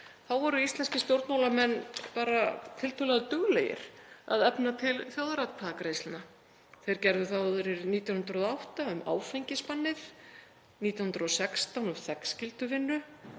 voru íslenskir stjórnmálamenn bara tiltölulega duglegir að efna til þjóðaratkvæðagreiðslna. Þeir gerðu það árið 1908 um áfengisbannið, 1916 um þegnskylduvinnu,